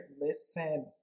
Listen